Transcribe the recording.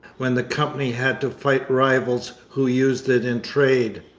when the company had to fight rivals who used it in trade.